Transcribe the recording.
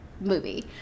movie